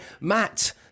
Matt